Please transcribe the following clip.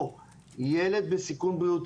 או ילד בסיכון בריאותי,